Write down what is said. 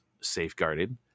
safeguarded